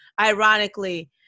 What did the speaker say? ironically